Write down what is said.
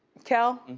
kel?